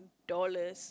dollars